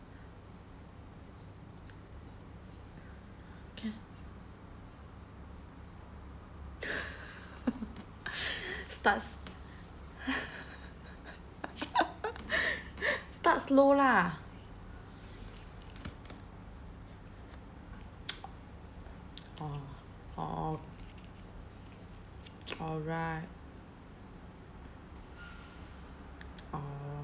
ca~ start s~ start slow lah orh orh orh orh right orh